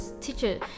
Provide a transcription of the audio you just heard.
teacher